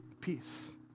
peace